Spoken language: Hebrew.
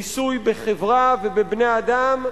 ניסוי בחברה ובבני-אדם.